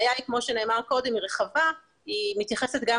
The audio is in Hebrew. לאנשים שנמצאים